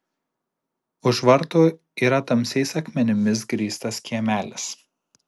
už vartų yra tamsiais akmenimis grįstas kiemelis